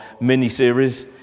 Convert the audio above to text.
mini-series